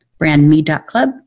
brandme.club